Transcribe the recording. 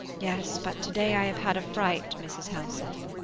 yes, but to-day i have had a fright, mrs. helseth.